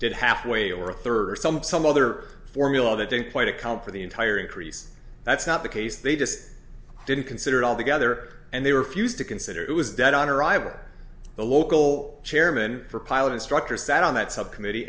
did halfway or a third some some other formula that didn't quite account for the entire increase that's not the case they just didn't consider it all together and they refused to consider it was dead on arrival the local chairman for pilot instructor sat on that subcommittee